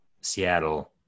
Seattle –